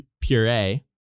puree